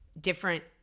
different